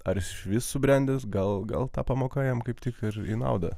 ar jis išvis subrendęs gal gal ta pamoka jam kaip tik jam ir į naudą